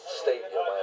stadium